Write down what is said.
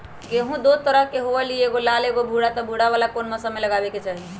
गेंहू दो तरह के होअ ली एगो लाल एगो भूरा त भूरा वाला कौन मौसम मे लगाबे के चाहि?